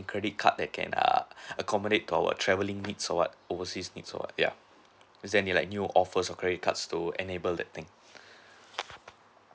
credit card that can err accommodate to our travelling needs or what overseas needs or what ya is there any like new offers or credit cards to enable that thing